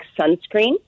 sunscreen